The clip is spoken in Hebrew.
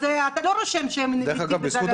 אז אתה לא רושם שהם מתים מ